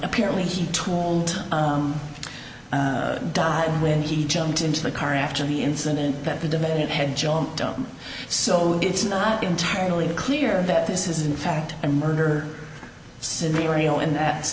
apparently he told died when he jumped into the car after the incident that the defendant had jumped on so it's not entirely clear that this is in fact a murder scenario in that